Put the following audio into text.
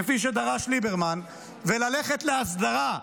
כפי שדרש ליברמן, וללכת להסדרה,